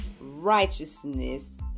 righteousness